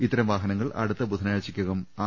ഇത്തരം വാഹനങ്ങൾ അടുത്ത ബുധ നാഴ്ചക്കകം ആർ